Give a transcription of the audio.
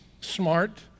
smart